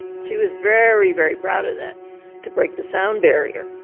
she was very, very proud of that to break the sound barrier